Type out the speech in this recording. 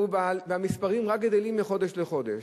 והמספרים רק גדלים מחודש לחודש,